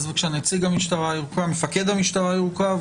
בבקשה, מפקד המשטרה הירוקה.